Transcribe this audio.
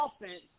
offense